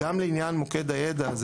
גם לעניין מוקד הידע,